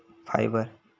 fibre